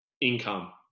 income